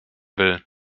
will